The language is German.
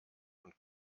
und